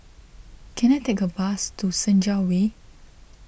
can I take a bus to Senja Way